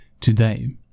today